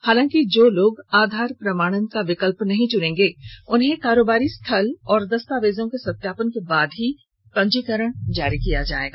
हालांकि जो लोग आधार प्रमाणन का विकल्प नहीं चुनेंगे उन्हें कारोबारी स्थल और दस्तावेजों के सत्यापन के बाद ही पंजीकरण जारी किया जाएगा